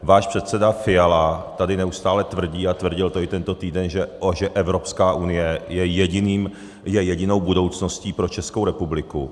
Váš předseda Fiala tady neustále tvrdí, a tvrdil to i tento týden, že Evropská unie je jedinou budoucností pro Českou republiku.